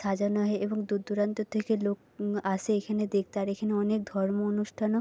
সাজানো হয় এবং দূর দূরান্ত থেকে লোক আসে এখানে দেখতে আর এখানে অনেক ধর্ম অনুষ্ঠানও